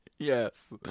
Yes